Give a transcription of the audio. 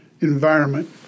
environment